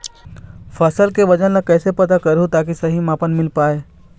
फसल के वजन ला कैसे पता करहूं ताकि सही मापन मील पाए?